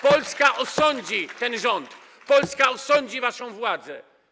Polska osądzi ten rząd, Polska osądzi waszą władzę.